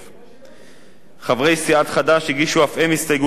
חברי סיעת חד"ש הגישו אף הם הסתייגות לסעיף זה וביקשו לקבוע